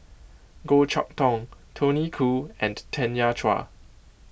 Goh Chok Tong Tony Khoo and Tanya Chua